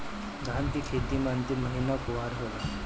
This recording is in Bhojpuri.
धान के खेती मे अन्तिम महीना कुवार होला?